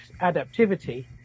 adaptivity